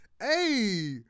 Hey